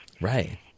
Right